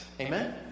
Amen